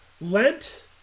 Lent